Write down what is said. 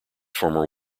former